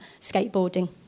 skateboarding